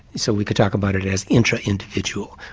so we could talk about it as intra-individual,